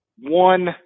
one